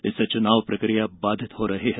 इससे चुनाव प्रकिया बाधित हो रही है